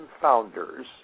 founders